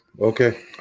Okay